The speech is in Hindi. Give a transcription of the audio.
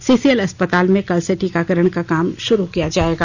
सीसीएल अस्पताल में कल से टीकाकरण का काम शुरू किया जायेगा